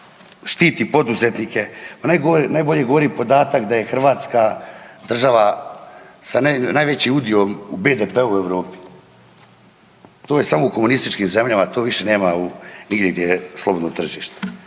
štiti poduzetnike najbolje govori podatak da je Hrvatska država sa najvećim udjelom u BDP-u u Europi. To je samo u komunističkim zemljama. To više nema nigdje gdje je slobodno tržište.